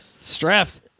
Straps